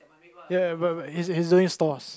ya ya but but he's he's doing stalls